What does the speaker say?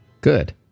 Good